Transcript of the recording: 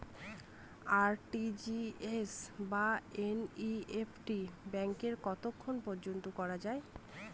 RTGS বা NEFT ব্যাংকে কতক্ষণ পর্যন্ত করা যায়?